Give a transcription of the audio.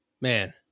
man